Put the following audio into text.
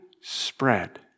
spread